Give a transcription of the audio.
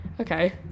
okay